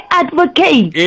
advocate